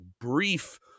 brief